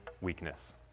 weakness